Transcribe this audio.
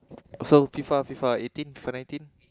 so F_I_F_A F_I_F_A of eighteen F_I_F_A Nineteen